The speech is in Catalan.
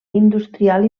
industrial